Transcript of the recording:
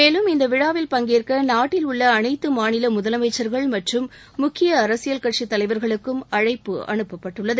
மேலும் இந்த விழாவில் பங்கேற்க நாட்டில் உள்ள அனைத்து மாநில முதலமைச்சர்கள் மற்றும் முக்கிய அரசியல் கட்சித் தலைவா்களுக்கும் அழைப்பு அனுப்பப்பட்டுள்ளது